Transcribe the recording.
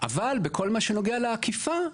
אבל בכל מה שנוגע לאכיפה,